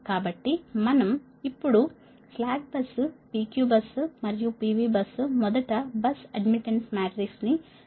కాబట్టి మనం ఇప్పుడు slack bus P Q bus మరియు P V బస్ మొదట బస్ అడ్మిటెన్స్ మ్యాట్రిక్స్ చూద్దాము